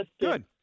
Good